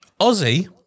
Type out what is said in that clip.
Aussie